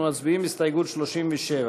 ההסתייגות (37)